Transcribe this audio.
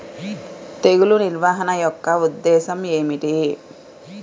తెగులు నిర్వహణ యొక్క ఉద్దేశం ఏమిటి?